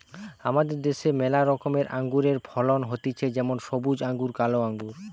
আমাদের দ্যাশে ম্যালা রকমের আঙুরের ফলন হতিছে যেমন সবুজ আঙ্গুর, কালো আঙ্গুর